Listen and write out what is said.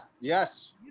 yes